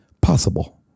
possible